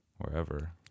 wherever